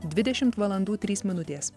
dvidešimt valandų trys minutės